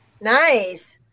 nice